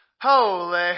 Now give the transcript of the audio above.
Holy